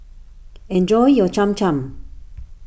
enjoy your Cham Cham